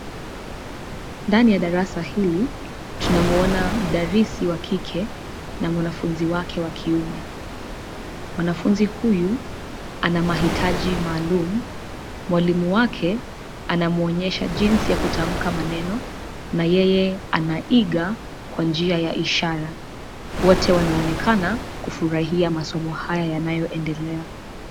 Ndani ya darasa hili, tunamwona mdarisi wa kike, na mwanafunzi wake wa kiume, mwanafunzi huyu, ana mahitaji maalum, mwalimu wake, anamwonyesha jinsi ya kutamka maneno, na yeye anaiga, kwa njia ya ishara, wote wanaonekana, kufurahia masomo haya yanayoendelea.